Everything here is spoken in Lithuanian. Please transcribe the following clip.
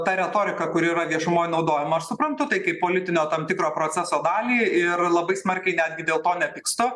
ta retorika kuri yra viešumoj naudojama aš suprantu tai kaip politinio tam tikro proceso dalį ir labai smarkiai netgi dėl to nepykstu